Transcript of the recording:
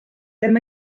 ddim